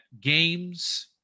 games